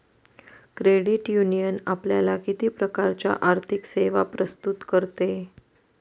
Credit union आपल्याला किती प्रकारच्या आर्थिक सेवा प्रस्तुत करते?